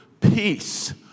peace